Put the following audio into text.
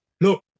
look